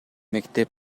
мектеп